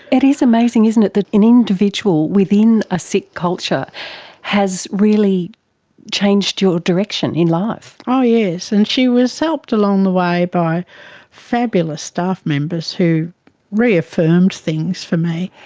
it is amazing, isn't it, that an individual within a sick culture has really changed your direction in life. oh yes, and she was helped along the way by fabulous staff members who reaffirmed things for me.